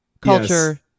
Culture